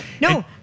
No